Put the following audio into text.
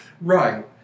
right